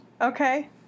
Okay